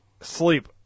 sleep